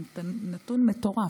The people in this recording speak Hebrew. זה נתון מטורף.